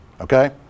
okay